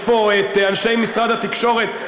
יש פה אנשי משרד התקשורת.